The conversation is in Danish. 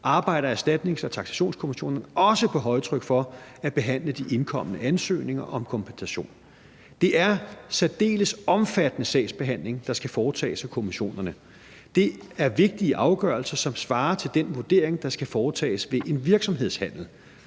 arbejder erstatnings- og taksationskommissionerne også på højtryk for at behandle de indkomne ansøgninger om kompensation. Det er særdeles omfattende sagsbehandling, der skal foretages af kommissionerne. Det er vigtige afgørelser, som svarer til den vurdering, der skal foretages ved en virksomhedshandel.